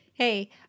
hey